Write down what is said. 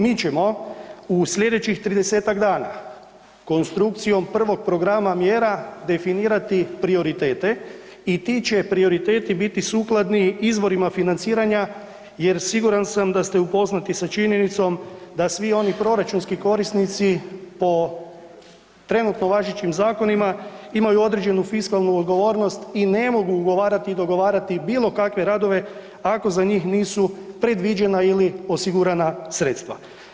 Mi ćemo u slijedećih 30-tak dana konstrukcijom prvog programa mjera definirati prioritete i ti će prioriteti biti sukladni izvorima financiranja jer siguran sam da ste upoznati sa činjenicom da svi oni proračunski korisnici po trenutno važećim zakonima imaju određenu fiskalnu odgovornost i ne mogu ugovarati i dogovarati bilo kakve radove, ako za njih nisu predviđena ili osigurana sredstva.